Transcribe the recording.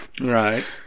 Right